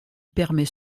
permet